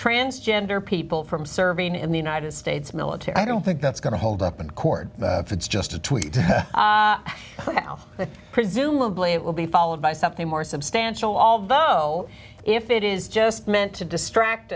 transgender people from serving in the united states military i don't think that's going to hold up in court if it's just a tweet presumably it will be followed by something more substantial although if it is just meant to distract